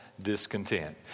Discontent